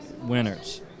winners